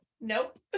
nope